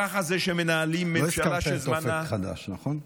ככה זה כשמנהלים, לא הזכרת את אופק חדש, נכון?